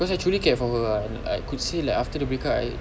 because I truly cared for her ah like I could say after the break up I